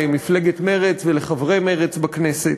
למפלגת מרצ ולחברי מרצ בכנסת,